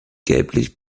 gelblich